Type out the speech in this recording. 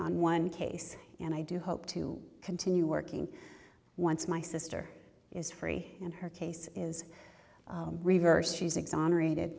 on one case and i do hope to continue working once my sister is free and her case is reversed she's exonerated